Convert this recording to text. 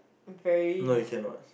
very